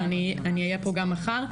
ואני אהיה פה גם מחר.